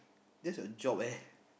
that's your job eh